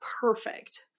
perfect